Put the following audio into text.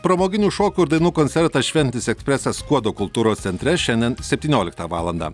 pramoginių šokių ir dainų koncertas šventinis ekspresas skuodo kultūros centre šiandien septynioliktą valandą